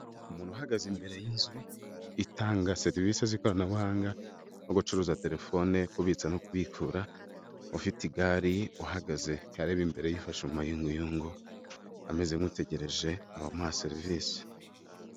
Umuntu uhagaze imbere y'inzu itanga serivisi z'ikoranabuhanga nko gucuruza telefone, kubitsa no kubikura, ufite igare uhagaze arebe imbere afashe mu mayunguyungu ameze nk'utegereje abamuha serivisi.